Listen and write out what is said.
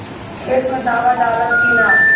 खेत मे दावा दालाल कि न?